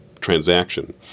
transaction